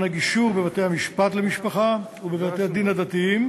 הגישור בבתי-המשפט לענייני משפחה ובבתי-הדין הדתיים,